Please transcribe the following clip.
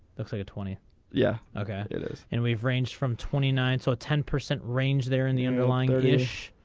that's like a twenty yeah okay it is and we've range from twenty nine so ten percent range there in the underlying ah thirty ish.